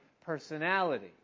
personality